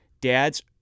Dads